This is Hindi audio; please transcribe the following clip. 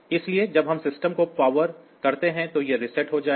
इसलिए जब हम सिस्टम को पावर करते हैं तो यह रीसेट हो जाएगा